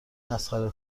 مسخره